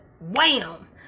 wham